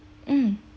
mm